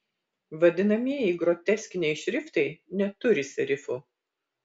vadinamieji groteskiniai šriftai neturi serifų